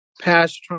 past